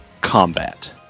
combat